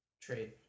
trade